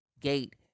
gate